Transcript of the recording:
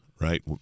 right